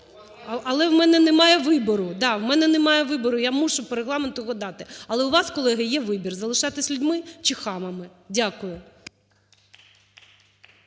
у мене немає вибору, я мушу по Регламенту його дати. Але у вас, колеги, є вибір: залишатись людьми чи хамами. Дякую.